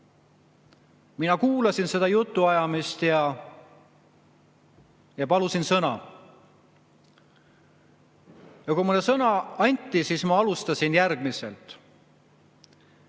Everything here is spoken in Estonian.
Mina kuulasin seda jutuajamist ja palusin sõna. Kui mulle sõna anti, siis ma alustasin järgmiselt: